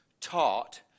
taught